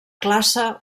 classe